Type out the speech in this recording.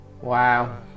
wow